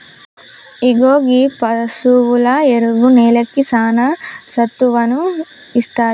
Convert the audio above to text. ఇగో గీ పసువుల ఎరువు నేలకి సానా సత్తువను ఇస్తాది